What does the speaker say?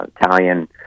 Italian